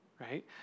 right